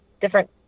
different